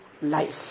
life